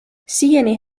siiani